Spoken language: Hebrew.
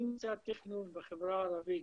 כל --- התכנון בחברה הערבית,